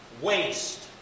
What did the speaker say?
waste